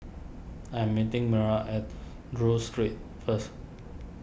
I am meeting Myron at Duke Street first